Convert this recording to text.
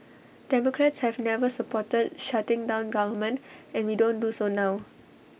democrats have never supported shutting down government and we don't do so now